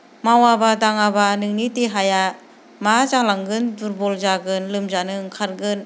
मावाबा दाङाब्ला नोंनि देहाया मा जालांगोन दुरबल जागोन लोमजानो ओंखारगोन